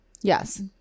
Yes